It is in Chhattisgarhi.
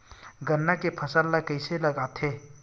गन्ना के फसल ल कइसे लगाथे?